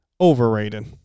overrated